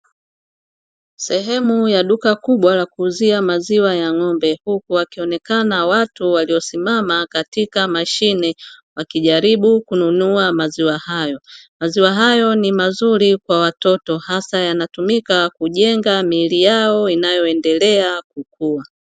Sehemu ya duka kubwa ya kuuzia maziwa ya ng'ombe, huku wakionekana watu waliosimama katika mashine wakijaribu kununua maziwa hayo. Maziwa hayo ni mzuri kwa watoto hasa yanatumika kujenga miili yao inayoendelea kukua.